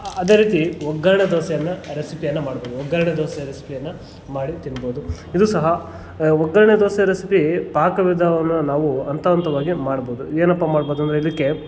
ಅ ಅದೇ ರೀತಿ ಒಗ್ಗರಣೆ ದೋಸೆಯನ್ನು ರೆಸಿಪಿಯನ್ನು ಮಾಡ್ಬೌದು ಒಗ್ಗರಣೆ ದೋಸೆ ರೆಸಿಪಿಯನ್ನು ಮಾಡಿ ತಿನ್ಬೌದು ಇದು ಸಹ ಒಗ್ಗರಣೆ ದೋಸೆ ರೆಸಿಪಿ ಪಾಕವಿಧವನ್ನು ನಾವು ಹಂತ ಹಂತವಾಗಿ ಮಾಡ್ಬೌದು ಏನಪ್ಪ ಮಾಡ್ಬೌದು ಅಂದರೆ ಇದಕ್ಕೆ